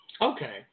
Okay